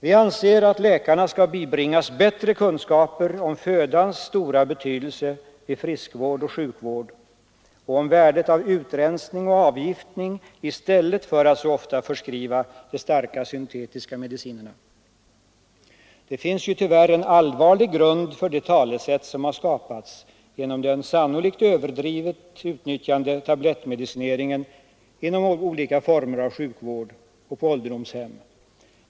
Vi anser att läkarna skall bibringas bättre kunskaper om födans stora betydelse vid friskvård och sjukvård och om värdet av utrensning och avgiftning i stället för de starka syntetiska mediciner som man så ofta förskriver. Det finns tyvärr en allvarlig grund för det talesätt som har skapats genom den sannolikt överdrivet utnyttjade tablettmedicineringen inom olika former av sjukvård och på ålderdomshem.